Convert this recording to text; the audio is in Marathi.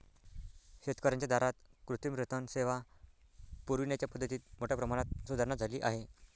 शेतकर्यांच्या दारात कृत्रिम रेतन सेवा पुरविण्याच्या पद्धतीत मोठ्या प्रमाणात सुधारणा झाली आहे